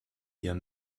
ihrem